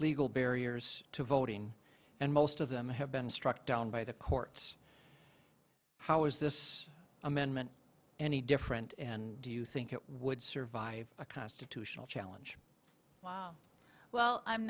legal barriers to voting and most of them have been struck down by the courts how is this amendment any different and do you think it would survive a constitutional challenge well i'm